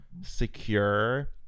secure